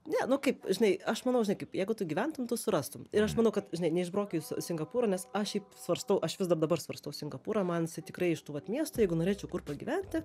ne nu kaip žinai aš manau žinai kaip jeigu tu gyventum tu surastum ir aš manau kad žinai neišbrokijus singapūro nes aš svarstau aš vis dar dabar svarstau singapūrą man jisai tikrai iš tų vat miestų jeigu norėčiau kur pagyventi